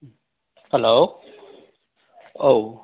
hello औ